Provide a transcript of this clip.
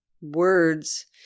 words